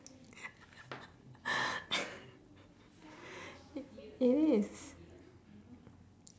it is